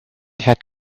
had